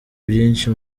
byinshi